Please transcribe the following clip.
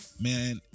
Man